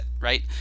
right